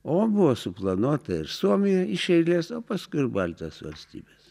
o buvo suplanuota ir suomija iš eilės o paskui ir baltijos valstybės